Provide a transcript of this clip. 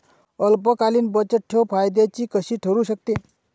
अल्पकालीन बचतठेव फायद्याची कशी ठरु शकते?